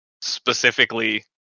specifically